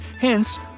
Hence